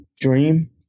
dream